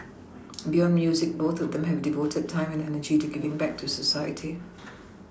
beyond music both of them have devoted time and energy to giving back to society